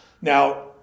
Now